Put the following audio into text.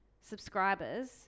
subscribers